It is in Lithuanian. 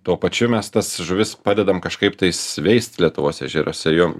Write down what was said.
tuo pačiu mes tas žuvis padedam kažkaip tais veist lietuvos ežeruose jom